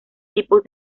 tipos